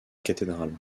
cathédrale